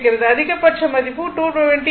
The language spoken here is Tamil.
அதிகபட்ச மதிப்பு 220 √2